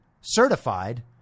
certified